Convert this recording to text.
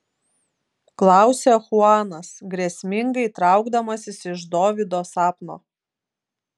klausia chuanas grėsmingai traukdamasis iš dovydo sapno